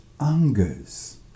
Angers